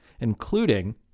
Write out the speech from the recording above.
including